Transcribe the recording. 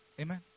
Amen